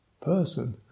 person